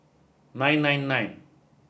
nine nine nine